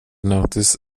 notice